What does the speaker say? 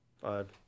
Five